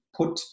put